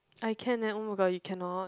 I can eh oh my god you cannot